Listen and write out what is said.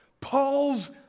Paul's